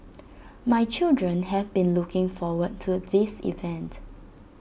my children have been looking forward to this event